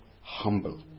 humble